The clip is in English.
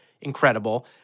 incredible